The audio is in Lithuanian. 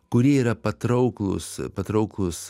kurie yra patrauklūs patrauklūs